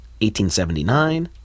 1879